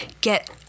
get